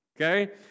okay